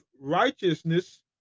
righteousness